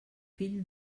fill